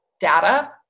data